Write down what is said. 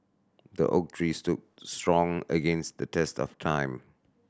the oak tree stood strong against the test of time